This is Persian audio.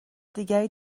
دیگری